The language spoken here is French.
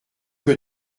que